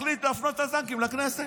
מחליט להפנות את הטנקים לכנסת.